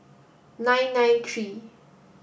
nine nine three